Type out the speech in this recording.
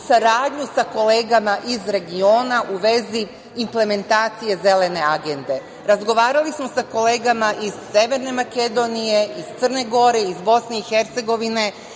saradnju sa kolegama iz regiona u vezi implementacije Zelene agende. Razgovarali smo sa kolegama iz Severne Makedonije, iz Crne Gore, iz Bosne i Hercegovine,